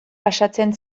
pasatzen